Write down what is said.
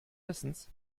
wissens